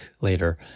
later